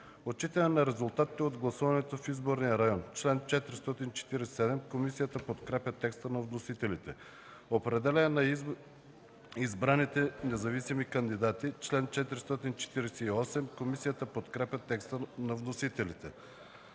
„Отчитане на резултатите от гласуването в изборния район”, чл. 447. Комисията подкрепя текста на вносителите. „Определяне на избраните независими кандидати”, чл. 448. Комисията подкрепя текста на вносителите.